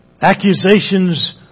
Accusations